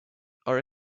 are